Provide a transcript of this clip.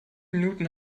minuten